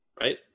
right